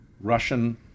russian